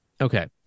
Okay